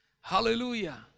Hallelujah